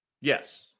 Yes